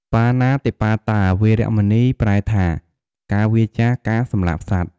បាណាតិបាតា វេរមណី ប្រែថា ការវៀរចាកការសម្លាប់សត្វ។